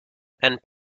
and